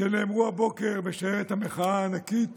שנאמרו הבוקר בשיירת המחאה הענקית